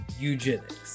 eugenics